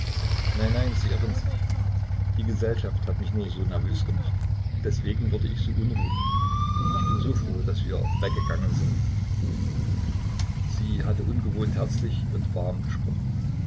nein nein sie irren sich die gesellschaft hat mich nur so nervös gemacht deswegen wurde ich so unruhig ich bin so froh daß wir weggegangen sind sie hatte ungewohnt herzlich und warm gesprochen